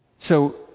so,